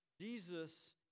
Jesus